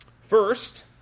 First